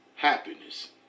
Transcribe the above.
Happiness